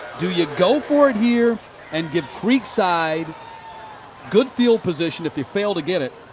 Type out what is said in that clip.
do you go for it here and give creekside good field position, if you fail to get it,